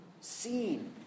seen